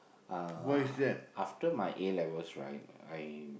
after my A-levels right I